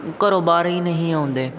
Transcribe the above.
ਘਰੋਂ ਬਾਹਰ ਹੀ ਨਹੀਂ ਆਉਂਦੇ